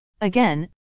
Again